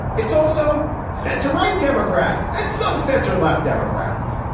it's also center right democrats and some center left democrats.